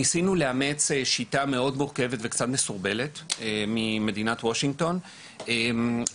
ניסינו לאמץ שיטה מאוד מורכבת וקצת מסורבלת מוושינגטון בארה"ב,